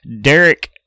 Derek